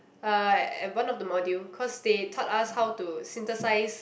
uh at one of the module cause they taught us how to synthesize